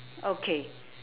okay